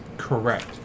Correct